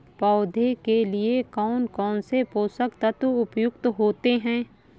पौधे के लिए कौन कौन से पोषक तत्व उपयुक्त होते हैं?